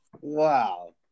Wow